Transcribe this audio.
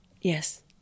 Yes